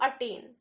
attain